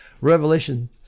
Revelation